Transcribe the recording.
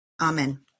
Amen